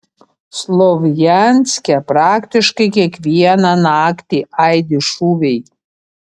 slovjanske praktiškai kiekvieną naktį aidi šūviai